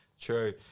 True